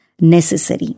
necessary